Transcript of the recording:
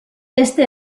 este